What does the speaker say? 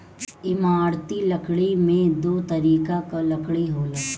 इमारती लकड़ी में दो तरीके कअ लकड़ी होला